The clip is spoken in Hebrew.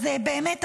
אז באמת,